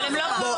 אבל הם לא באו.